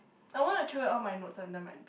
I want to throw away all my notes under my bed